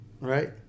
Right